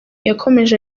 yakomeje